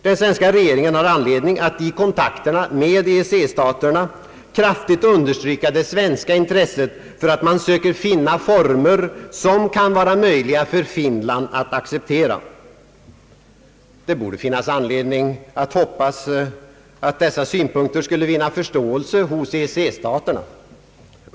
Den svenska regeringen har anledning att vid kontakterna med EEC staterna kraftigt understryka det svenska intresset för att man söker finna former som kan vara möjliga för Finland att acceptera. Det borde finnas anledning att hoppas att dessa synpunkter skulle vinna förståelse hos EEC-staterna.